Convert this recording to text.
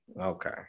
Okay